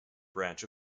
branch